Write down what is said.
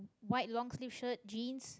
a white long-sleeve shirt jeans